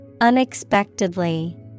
unexpectedly